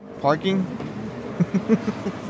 Parking